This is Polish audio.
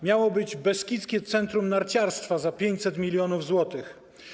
Miało być Beskidzkie Centrum Narciarstwa za 500 mln zł.